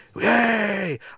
yay